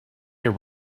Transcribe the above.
year